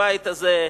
בבית הזה,